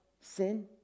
sin